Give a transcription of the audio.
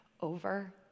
over